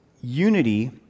unity